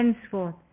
henceforth